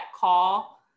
call